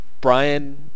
Brian